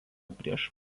prieš